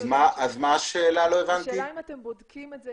השאלה אם אתם בודקים את זה?